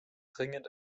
dringend